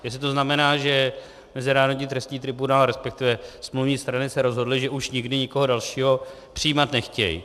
Jestli to znamená, že Mezinárodní trestní tribunál, resp. smluvní strany se rozhodly, že už nikdy nikoho dalšího přijímat nechtějí.